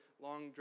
long